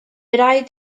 raid